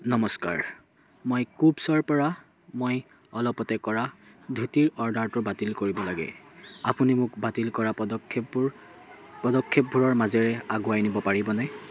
নমস্কাৰ মই কুভছৰপৰা মই অলপতে কৰা ধুতিৰ অৰ্ডাৰটো বাতিল কৰিব লাগে আপুনি মোক বাতিল কৰা পদক্ষেপবোৰ পদক্ষেপবোৰৰ মাজেৰে আগুৱাই নিব পাৰিবনে